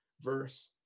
verse